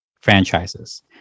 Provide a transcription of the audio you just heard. franchises